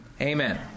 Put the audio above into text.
Amen